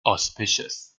auspicious